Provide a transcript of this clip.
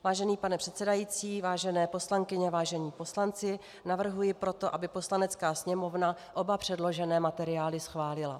Vážený pane předsedající, vážené poslankyně, vážení poslanci, navrhuji proto, aby Poslanecká sněmovna oba předložené materiály schválila.